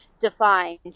defined